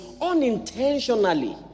unintentionally